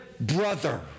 brother